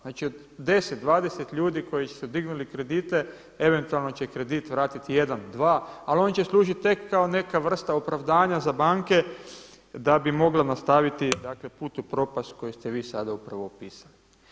Znači od 10, 20 ljudi koji su dignuli kredite eventualno će kredit vratiti jedan, dva ali oni će služiti tek kao neka vrsta opravdanja za banke da bi mogla nastaviti put u propast koji ste vi sada upravo opisali.